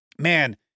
man